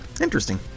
Interesting